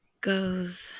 goes